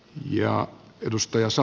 arvoisa puhemies